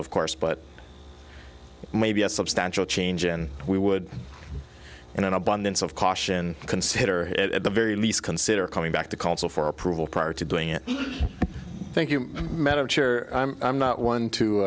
of course but maybe a substantial change and we would in an abundance of caution consider it at the very least consider coming back to council for approval prior to doing it thank you madam chair i'm not one to